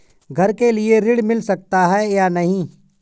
घर के लिए ऋण मिल सकता है या नहीं?